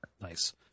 Nice